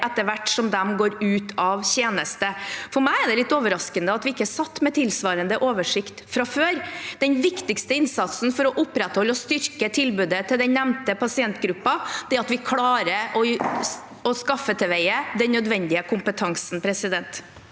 etter hvert som de går ut av tjeneste. For meg er det litt overraskende at vi ikke satt med tilsvarende oversikt fra før. Den viktigste innsatsen for å opprettholde og styrke tilbudet til den nevnte pasientgruppen er at vi klarer å skaffe til veie den nødvendige kompetansen. Alfred Jens